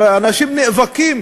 הרי אנשים נאבקים